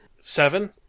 Seven